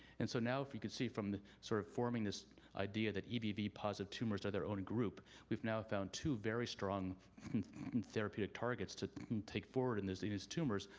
and so now if you could see from sort of forming this idea that ebv positive tumors are their own group, we've now found two very strong therapeutic targets to take forward and in these tumors,